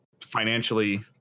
financially